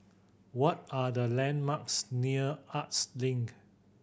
what are the landmarks near Arts Link